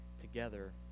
together